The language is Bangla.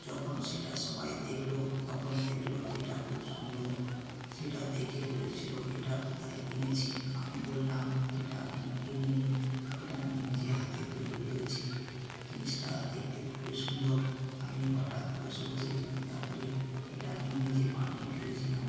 যখন সেটা সবাই দেখলো তখন দেখলো যে এটা খুব সুন্দর সেটা দেখে বলেছিলো এটা কোথায় কিনেছি আমি বললাম এটা আমি কিনি নি এটা আমি নিজে হাতে তৈরি করেছি জিনিসটা দেখতে খুবই সুন্দর আমি হঠাৎ বসে বসে চিন্তা করে এটা আমি নিজে বানিয়ে ফেলেছিলাম